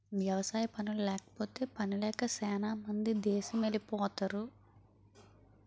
వ్యవసాయ పనుల్లేకపోతే పనిలేక సేనా మంది దేసమెలిపోతరు